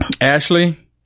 Ashley